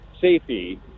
safety